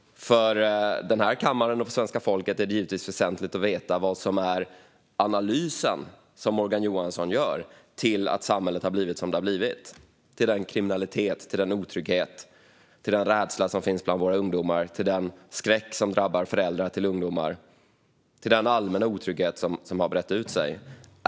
För kammaren och svenska folket är det givetvis väsentligt att veta vilken analys som Morgan Johansson gör av orsakerna till att samhället har blivit som det har blivit, till den kriminalitet, till den otrygghet, till den rädsla som finns bland våra ungdomar, till den skräck som drabbar föräldrar till ungdomar, till den allmänna otrygghet som har brett ut sig.